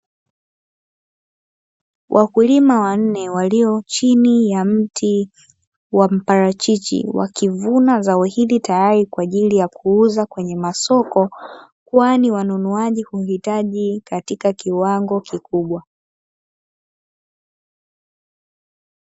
Wakulima wanne walio chini ya mti wa mparachichi wakivuna zao hili tayari kwa ajili ya kuuza kwenye masoko, kwani wanunuaji huitaji katika kiwango kikubwa.